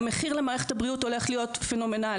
והמחיר למערכת הבריאות הולך להיות פנומנלי.